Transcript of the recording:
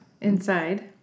inside